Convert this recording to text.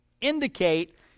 indicate